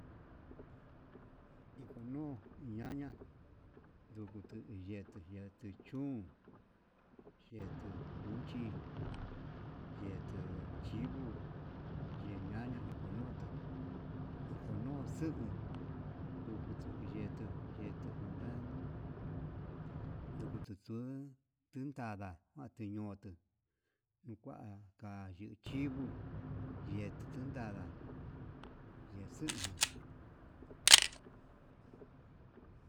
Ijo'o nuu ñaña ndukutu ye kuye ndichún yetuu, uchi yetuu chivo yee ñaña ijonutu ijonuu xun, ndukutu yetuu, yetuu ndan ndukutu tuu tuntanda ndiñotu ndukua, kayuu chivo yee tun tuntada yexuján.